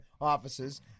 offices